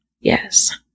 Yes